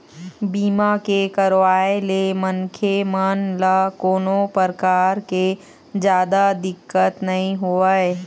बीमा के करवाय ले मनखे मन ल कोनो परकार के जादा दिक्कत नइ होवय